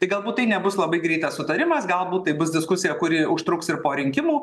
tai galbūt tai nebus labai greitas sutarimas galbūt tai bus diskusija kuri užtruks ir po rinkimų